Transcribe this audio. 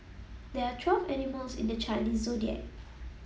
there are twelve animals in the Chinese Zodiac